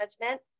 management